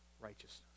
righteousness